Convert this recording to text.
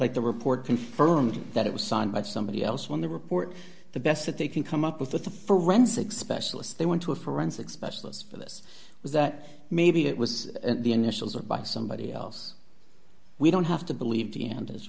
like the report confirmed that it was signed by somebody else when the report the best that they can come up with a forensic specialist they went to a forensic specialist for this was that maybe it was the initials of by somebody else we don't have to believe he and